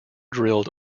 drilled